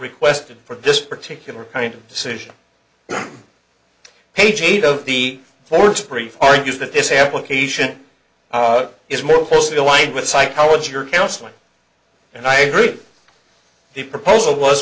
requested for this particular kind of decision page eight of the court's brief argues that this application is more closely aligned with psychology or counseling and i agree the proposal